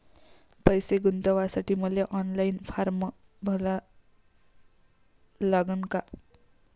पैसे गुंतवासाठी मले ऑनलाईन फारम भरा लागन का?